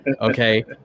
Okay